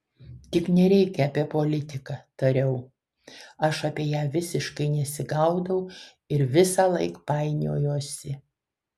tik nereikia apie politiką tariau aš apie ją visiškai nesigaudau ir visąlaik painiojuosi